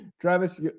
Travis